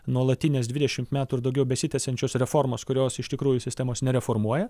nuolatinės dvidešimt metų ir daugiau besitęsiančios reformos kurios iš tikrųjų sistemos nereformuoja